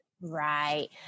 Right